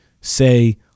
say